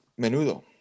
Menudo